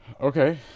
Okay